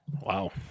Wow